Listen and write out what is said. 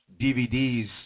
DVDs